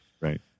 Right